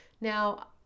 Now